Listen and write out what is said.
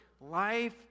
Life